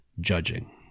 judging